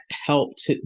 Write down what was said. helped